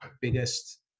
Biggest